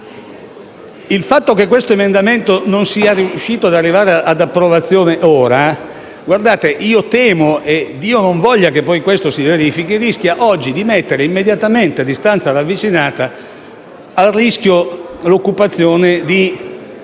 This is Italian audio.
Il fatto che questo emendamento non sia riuscito ad arrivare ad approvazione ora - io lo temo e Dio non voglia che questo si verifichi - rischia di mettere immediatamente a rischio, a distanza riavvicinata, l'occupazione di